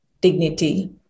dignity